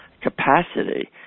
capacity